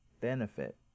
benefit